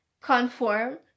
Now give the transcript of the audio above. conform